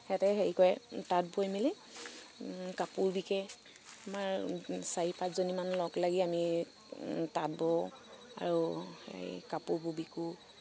ইয়াতেই হেৰি কৰে তাঁত বৈ মেলি কাপোৰ বিকে আমাৰ চাৰি পাঁচজনীমান লগ লাগি আমি এই তাঁত বও আৰু হেৰি কাপোৰবোৰ বিকো